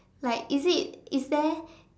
like is it is there